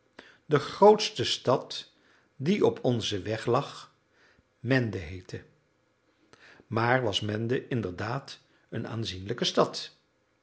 de grootste stad die op onzen weg lag mende heette maar was mende inderdaad een aanzienlijke stad